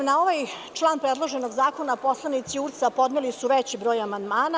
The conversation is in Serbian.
Na ovaj član predloženog zakona poslanici URS podneli su veći broj amandmana.